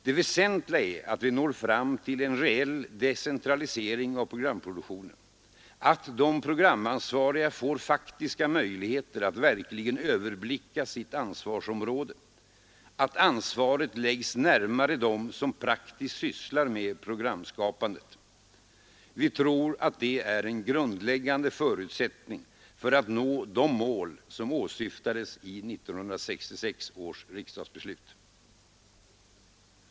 Det väsentliga är att vi når fram till en reell decentralisering av programproduktionen, att de programansvariga får faktiska möjligheter att verkligen överblicka sitt ansvarsområde, att ansvaret läggs närmare dem som praktiskt sysslar med programskapandet. Vi tror att det är en grundläggande förutsättning för att nå de mål som åsyftades i 1966 års riksdagsbeslut.